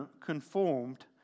conformed